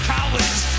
College